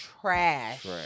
trash